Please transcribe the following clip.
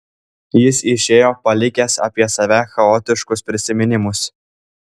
jis išėjo palikęs apie save chaotiškus prisiminimus